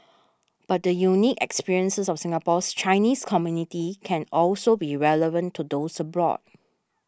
but the unique experiences of Singapore's Chinese community can also be relevant to those abroad